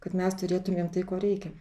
kad mes turėtumėm tai ko reikia